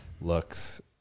looks